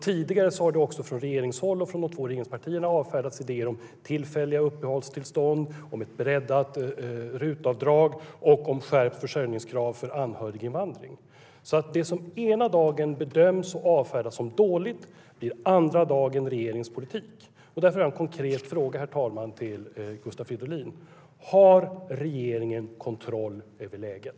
Tidigare har också idéer om tillfälliga uppehållstillstånd, ett breddat RUT-avdrag och skärpt försörjningskrav för anhöriginvandring avfärdats från regeringshåll och från de två regeringspartierna. Det som ena dagen bedöms och avfärdas som dåligt blir alltså andra dagen regeringens politik. Herr talman! Därför har jag en konkret fråga till Gustav Fridolin. Har regeringen kontroll över läget?